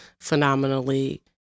phenomenally